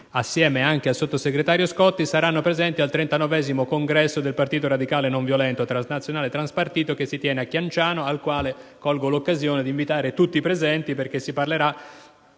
insieme anche al sottosegretario Scotti - saranno presenti al 39° congresso del Partito radicale nonviolento transnazionale e transpartito che si terrà a Chianciano e al quale colgo l'occasione per invitare tutti i presenti a partecipare,